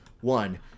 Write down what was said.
One